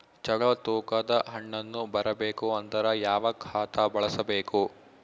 ಚಲೋ ತೂಕ ದ ಹಣ್ಣನ್ನು ಬರಬೇಕು ಅಂದರ ಯಾವ ಖಾತಾ ಬಳಸಬೇಕು?